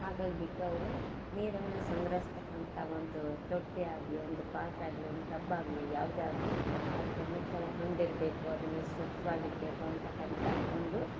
ಹಾಗಾಗ್ಬಿಟ್ಟು ಅವರು ನೀರನ್ನು ಸಂಗ್ರಹಿಸತಕ್ಕಂಥ ಒಂದು ತೊಟ್ಟಿಯಾಗಲಿ ಒಂದು ಪಾತ್ರೆಯಾಗಲಿ ಒಂದು ಟಬ್ ಆಗಲಿ ಯಾವುದೇ ಆಗಲಿ ಅದಕ್ಕೆ ಮುಚ್ಚಳ ಹೊಂದಿರಬೇಕು ಅದನ್ನ ಸ್ವಚ್ಛವಾಗಿಡ್ಬೇಕು ಅಂತಕ್ಕಂಥ ಒಂದು